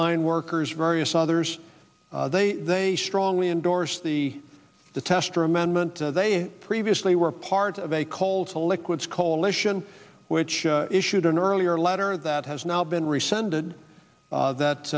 mine workers various others they they strongly endorse the the tester amendment they previously were part of a coal to liquids coalition which issued an earlier letter that has now been rescinded that